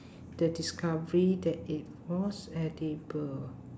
the discovery that it was edible